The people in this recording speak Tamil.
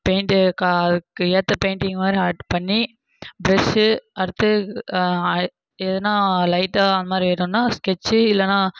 பெயிண்ட்டு அதுக்கு ஏற்ற பெயிண்ட்டிங் மாதிரி ஆர்ட் பண்ணி ப்ரெஷு அடுத்து எதுனா லைட்டாக அந்த மாதிரி வேணும்னா ஸ்கெச்சி இல்லைன்னா